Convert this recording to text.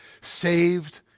saved